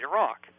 Iraq